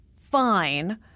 fine